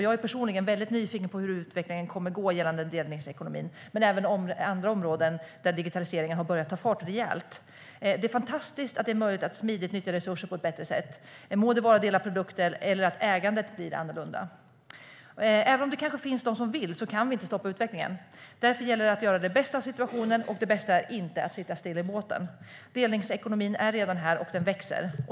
Jag är personligen mycket nyfiken på hur utvecklingen kommer att gå gällande delningsekonomin men även gällande andra områden där digitaliseringen har börjat ta fart rejält. Det är fantastiskt att det är möjligt att smidigt nyttja resurser på ett bättre sätt. Det må vara att dela på produkter eller att ägandet blir annorlunda. Även om det kanske finns de som vill kan vi inte stoppa utvecklingen. Därför gäller det att göra det bästa av situationen, och det bästa är inte att sitta still i båten. Delningsekonomin är redan här, och den växer.